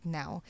now